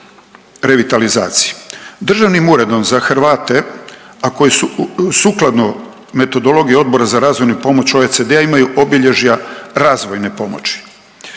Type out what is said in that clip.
revitalizaciji. Državnim uredom za Hrvate, a koji su…, sukladno metodologiji Odbora za razvojnu pomoć OECD-a imaju obilježja razvojne pomoći.